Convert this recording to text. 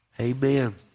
Amen